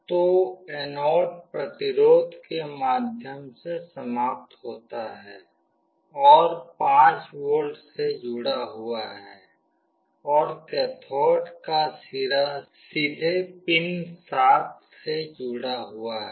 तो एनोड प्रतिरोध के माध्यम से समाप्त होता है जो 5 V से जुड़ा हुआ है और कैथोड का सिरा सीधे पिन 7 से जुड़ा हुआ है